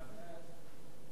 ועדת החוקה,